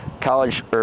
college